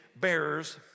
bearers